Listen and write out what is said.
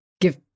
give